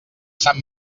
sant